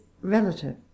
relative